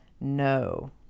No